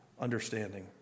understanding